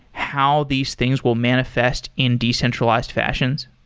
how these things will manifest in decentralized fashions?